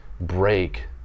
break